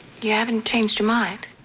you haven't changed your mind?